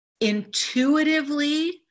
Intuitively